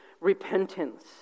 repentance